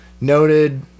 Noted